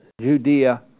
Judea